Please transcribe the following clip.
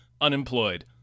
unemployed